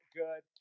good